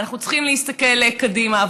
ואנחנו צריכים להסתכל קדימה.